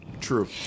True